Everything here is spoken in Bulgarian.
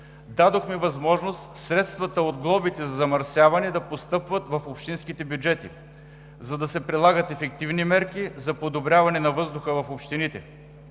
дадохме възможност средствата от глобите за замърсяване да постъпват в общинските бюджети, за да се прилагат ефективни мерки за подобряване на въздуха в общините.